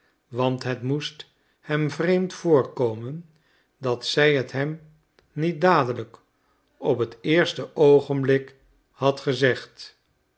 want het moest hem vreemd voorkomen dat zij het hem niet dadelijk op het eerste oogenblik had gezegd